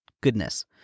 goodness